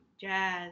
jazz